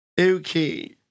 Okay